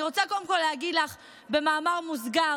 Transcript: אני רוצה קודם כול להגיד לך במאמר מוסגר,